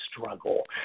struggle